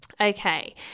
Okay